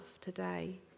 today